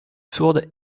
sourdes